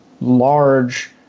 large